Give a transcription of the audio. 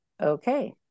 okay